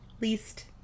least